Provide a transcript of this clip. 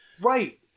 Right